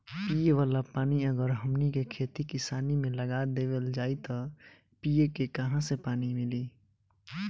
पिए वाला पानी अगर हमनी के खेती किसानी मे लगा देवल जाई त पिए के काहा से पानी मीली